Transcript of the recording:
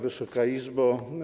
Wysoka Izbo!